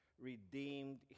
redeemed